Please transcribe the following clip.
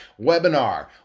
webinar